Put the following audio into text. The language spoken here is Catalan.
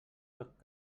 tot